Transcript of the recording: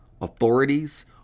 Authorities